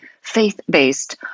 faith-based